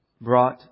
brought